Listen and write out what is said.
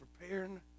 preparing